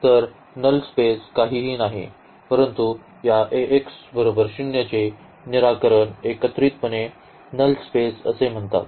तर null space काहीही नाही परंतु या चे सर्व निराकरण एकत्रितपणे नल स्पेस असे म्हणतात